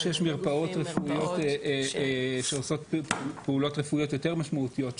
מרפאות רפואיות שעושות פעולות רפואיות יותר משמעותיות,